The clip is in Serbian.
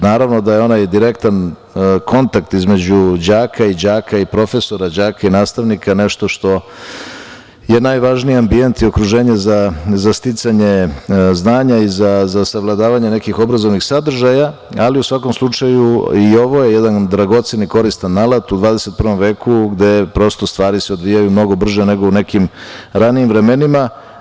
Naravno da je onaj direktan kontakt između đaka i đaka i profesora i đaka i nastavnika nešto što je najvažniji ambijent i okruženje za sticanje znanja i za sagledavanje nekih obrazovnih sadržaja, ali u svakom slučaju i ovo je jedan dragocen i koristan alat u 21. veku gde se stvari odvijaju mnogo brže nego u nekim ranijim vremenima.